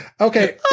Okay